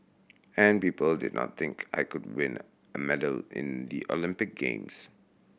and people did not think I could win a medal in the Olympic games